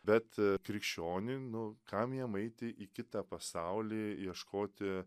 bet a krikščioniui nu kam jam eiti į kitą pasaulį ieškoti